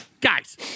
guys